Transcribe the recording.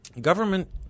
Government